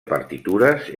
partitures